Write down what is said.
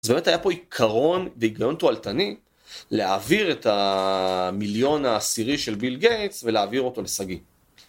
זה באמת היה פה עיקרון והיגיון תועלתני להעביר את המיליון העשירי של ביל גייטס ולהעביר אותו לסגי.